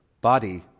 body